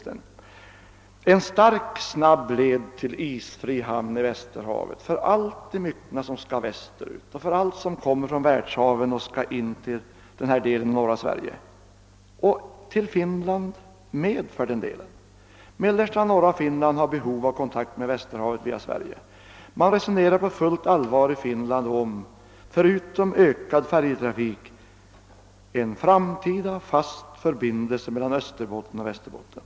Alltså: en stark, snabb led till isfri hamn i Västerhavet för allt det myckna som skall västerut och för allt det som kommer från världshaven och skall in till denna del av norra Sverige och till Finland också för den delen; mellersta och norra Finland har behov av kontakt med Västerhavet via Sverige. Man resonerar i Finland på fullt allvar — förutom ökad färjtrafik — om en framtida fast förbindelse mellan Österbotten och Västerbotten.